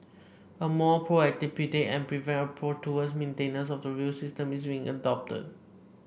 a more proactive predict and prevent approach towards maintenance of the rail system is being adopted